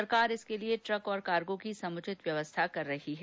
सरकार इसके लिए ट्रक और कार्गो की समुचित व्यवस्था कर रही है